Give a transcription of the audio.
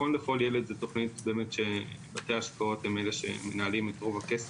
זו תוכנית שבתי ההשקעות הם אלה שמנהלים את רוב הכסף.